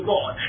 God